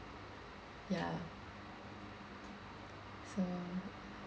ya so